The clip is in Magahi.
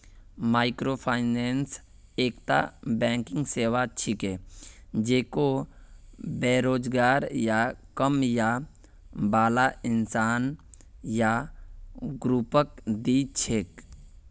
माइक्रोफाइनेंस एकता बैंकिंग सेवा छिके जेको बेरोजगार या कम आय बाला इंसान या ग्रुपक दी छेक